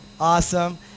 Awesome